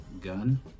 gun